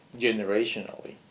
generationally